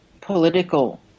political